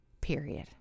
Period